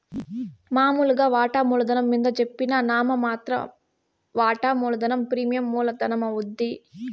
మామూలుగా వాటామూల ధనం మింద జెప్పిన నామ మాత్ర వాటా మూలధనం ప్రీమియం మూల ధనమవుద్ది